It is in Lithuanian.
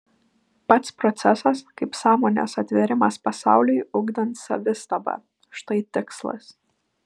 pats procesas kaip sąmonės atvėrimas pasauliui ugdant savistabą štai tikslas